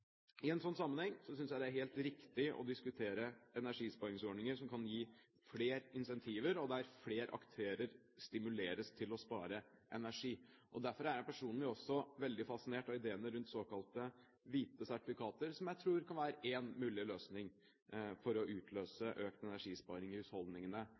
I en slik sammenheng synes jeg det er helt riktig å diskutere energisparingsordninger som kan gi flere incentiver, og der flere aktører stimuleres til å spare energi. Derfor er jeg personlig også veldig fascinert av ideene rundt såkalte hvite sertifikater, som jeg tror kan være én mulig løsning for å utløse økt energisparing i husholdningene